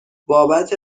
بابت